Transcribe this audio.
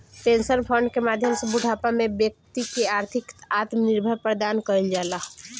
pension fund के माध्यम से बूढ़ापा में बैक्ति के आर्थिक आत्मनिर्भर प्रदान कईल जाला